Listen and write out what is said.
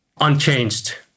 unchanged